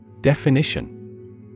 Definition